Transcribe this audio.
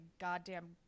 goddamn